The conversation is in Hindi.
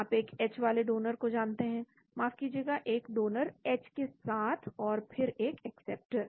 आप एक H वाले डोनर को जानते हैं माफ कीजिएगा एक डोनर H के साथ और फिर एक एक्सेप्टर